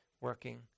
working